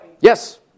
Yes